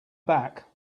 back